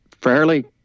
fairly –